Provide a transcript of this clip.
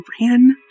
ran